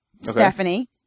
Stephanie